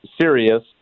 serious